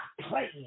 playing